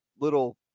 little